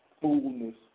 fullness